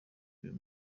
uyu